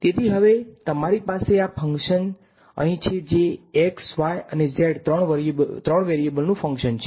તેથી હવે તમારી પાસે આ ફંક્શન અહીં છે જે x y અને z ત્રણ વેરીએબલોનું ફંક્શન છે